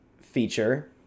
feature